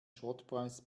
schrottpreis